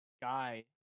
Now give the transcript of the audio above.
guy